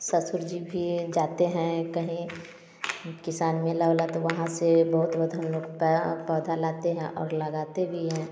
ससुर भी जाते हैं कहीं किसान मेला उला तो वहाँ से बहुत बहुत हम लोग पैड़ पौधा लाते हैं और लगाते भी हैं